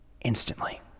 instantly